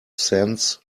cents